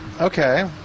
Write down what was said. Okay